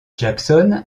jackson